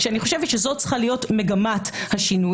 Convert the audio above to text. אני חושבת שזאת צריכה להיות מגמת השינוי.